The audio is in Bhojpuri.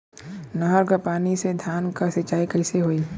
नहर क पानी से धान क सिंचाई कईसे होई?